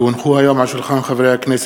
כי הונחו היום על שולחן הכנסת,